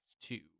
Two